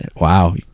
Wow